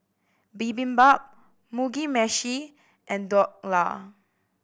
Bibimbap Mugi Meshi and Dhokla